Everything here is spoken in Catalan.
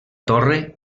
torre